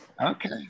Okay